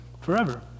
forever